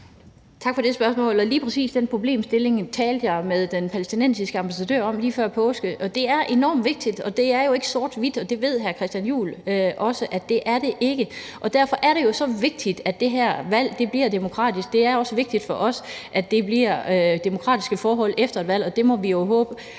Tak for det spørgsmål. Lige præcis den problemstilling talte jeg med den palæstinensiske ambassadør om lige før påske. Det er ikke sort-hvidt, og det ved hr. Christian Juhl også at det ikke er, og derfor er det jo så vigtigt, at det her valg bliver demokratisk. Det er også vigtigt for os, at der kommer demokratiske forhold efter et valg, og vi må jo alle